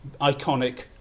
iconic